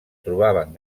trobaven